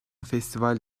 festival